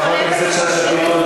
תודה רבה לחברת הכנסת שאשא ביטון.